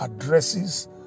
addresses